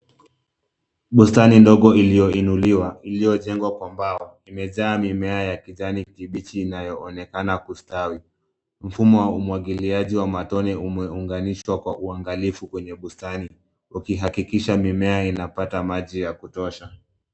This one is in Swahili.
Bustani ndogo iliyoinuliwa, iliyojengwa kwa mbao, imejaa mimea ya kijani kibichi inayoonekana kustawi. Mfumo wa umwagiliaji wa matone umeunganishwa kwa uangalifu kwenye bustani. Ukihakikisha mimea inapata maji ya kutosha.